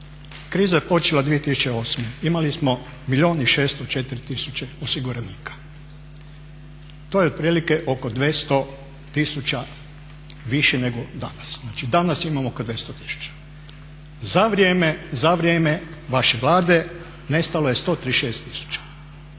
Kriza je počela 2008. Imali smo milijun i 604 tisuće osiguranika. To je otprilike oko 200 tisuća više nego danas. Znači danas imamo oko 200 tisuća. Za vrijeme vaše Vlade nestalo je 136